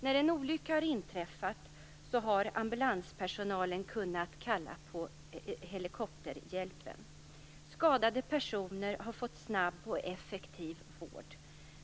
När en olycka har inträffat har ambulanspersonalen kunnat kalla på helikopterhjälpen. Skadade personer har fått snabb och effektiv vård.